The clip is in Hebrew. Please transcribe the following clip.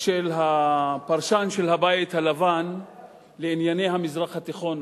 של הפרשן של הבית הלבן לענייני המזרח התיכון,